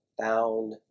found